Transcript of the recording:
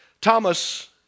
Thomas